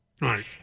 Right